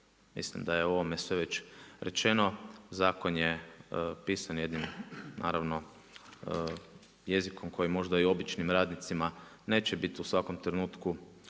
mislim da je ovome sve već rečeno, zakon je pisan jednim, naravno, jezikom koji možda i običnim radnicima neće biti u svakom trenutku